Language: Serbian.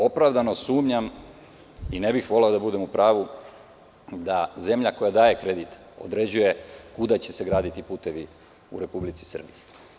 Opravdano sumnjam i ne bih voleo da budem u pravu da zemlja koja daje kredit, određuje kuda će se graditi putevi u Republici Srbiji.